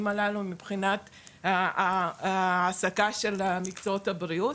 הללו מבחינת העסקה של מקצועות הבריאות.